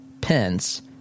Pence